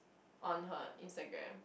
on her Instagram